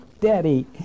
daddy